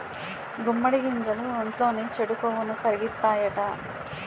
గుమ్మడి గింజలు ఒంట్లోని చెడు కొవ్వుని కరిగిత్తాయట